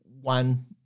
one